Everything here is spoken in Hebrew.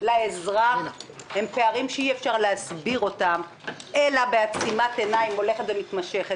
לאזרח הם פערים שאי-אפשר להסביר אותם אלא בעצימת עיניים הולכת ומתמשכת.